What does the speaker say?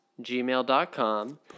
gmail.com